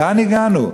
לאן הגענו?